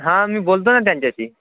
हां मी बोलतो ना त्यांच्याशी